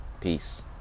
Peace